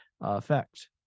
effect